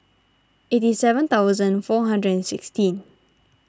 eighty seven thousand four hundred and sixteen